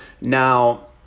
Now